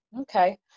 Okay